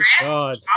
god